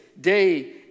day